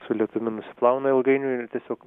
su lietumi nusiplauna ilgainiui ir tiesiog